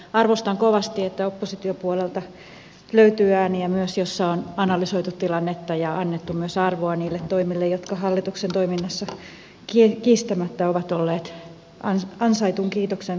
arvostan kovasti että oppositiopuolelta löytyy ääniä myös joissa on analysoitu tilannetta ja annettu myös arvoa niille toimille jotka hallituksen toiminnassa kiistämättä ovat olleet ansaitun kiitoksen väärttejä